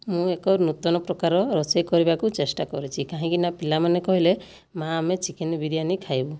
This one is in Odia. ମୁଁ ଏକ ନୂତନ ପ୍ରକାରର ରୋଷେଇ କରିବାକୁ ଚେଷ୍ଟା କରୁଛି କାହିଁକି ନା ପିଲାମାନେ କହିଲେ ମା' ଆମେ ଚିକେନ ବିରିୟାନି ଖାଇବୁ